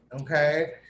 okay